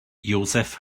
josef